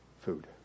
food